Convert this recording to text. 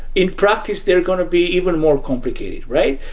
in practice they're going to be even more complicated, right?